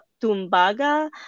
Tumbaga